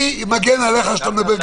אני מגן עם עליך כשאתה מדבר.